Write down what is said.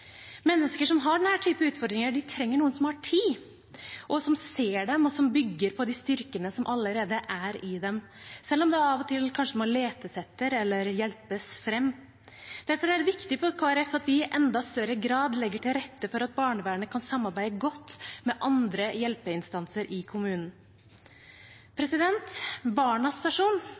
Mennesker som har denne typen utfordringer, trenger noen som har tid, og som ser dem, og som bygger på den styrken som allerede er i dem – selv om det av og til kanskje må letes etter eller hjelpes fram. Derfor er det viktig for Kristelig Folkeparti at vi i enda større grad legger til rette for at barnevernet kan samarbeide godt med andre hjelpeinstanser i kommunen.